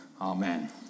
Amen